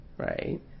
Right